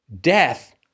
death